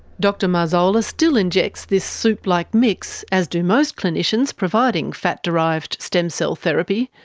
dr marzola still injects this soup-like mix, as do most clinicians providing fat-derived stem cell therapy.